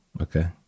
Okay